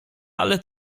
ale